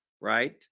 right